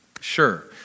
sure